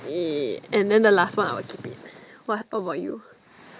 eh and then the last one I will keep it what what about you